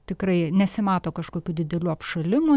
tikrai nesimato kažkokių didelių apšalimų